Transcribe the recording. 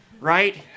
right